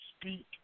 speak